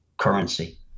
currency